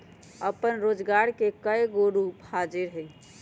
अप्पन रोजगार के कयगो रूप हाजिर हइ